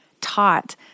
taught